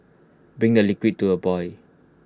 bring the liquid to A boy